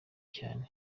cyane